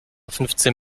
fünfzehn